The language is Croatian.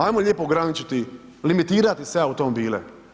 Ajmo lijepo ograničiti, limitirati sve automobile.